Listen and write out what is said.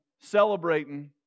celebrating